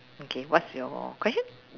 okay what's your question